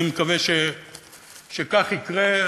אני מקווה שכך יקרה,